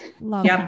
Love